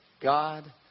God